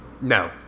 No